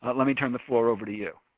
but let me turn the floor over to you.